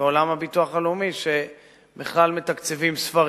ובעולם הביטוח הלאומי, שבכלל מתקצבים ספרים.